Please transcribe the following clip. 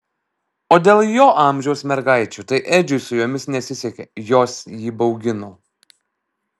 o dėl jo amžiaus mergaičių tai edžiui su jomis nesisekė jos jį baugino